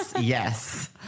Yes